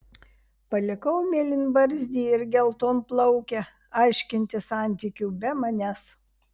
palikau mėlynbarzdį ir geltonplaukę aiškintis santykių be manęs